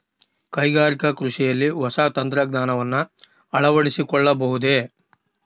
ಕೈಗಾರಿಕಾ ಕೃಷಿಯಲ್ಲಿ ಹೊಸ ತಂತ್ರಜ್ಞಾನವನ್ನ ಅಳವಡಿಸಿಕೊಳ್ಳಬಹುದೇ?